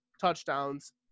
touchdowns